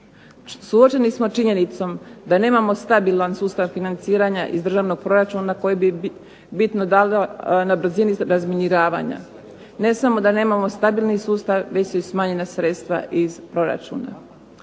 Suočeni smo činjenicom da nemamo stabilan sustav financiranja iz državnog proračuna koje bi bitno dale na brzini razminiravanja, ne samo da nemamo stabilni sustav nego su i smanjena sredstva iz proračuna.